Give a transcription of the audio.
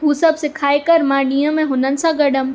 हू सभु सेखारे कर मां ॾींहं में हुननि सां गॾ हुयमि